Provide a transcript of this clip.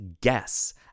guess